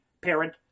parent